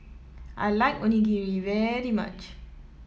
I like Onigiri very much